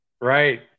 Right